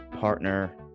partner